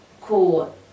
cool